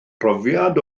profiad